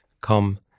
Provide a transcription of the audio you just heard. come